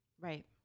Right